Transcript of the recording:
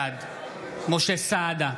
בעד משה סעדה,